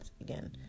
again